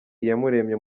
iyamuremye